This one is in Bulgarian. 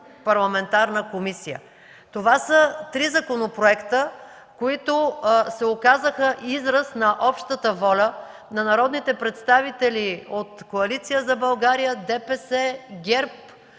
парламентарна комисия. Това са три законопроекта, които се оказаха израз на общата воля на народните представители от Коалиция за България, Движението